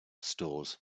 stores